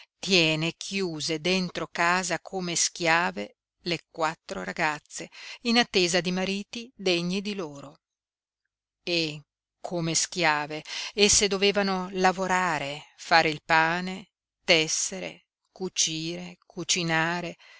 tiene chiuse dentro casa come schiave le quattro ragazze in attesa di mariti degni di loro e come schiave esse dovevano lavorare fare il pane tessere cucire cucinare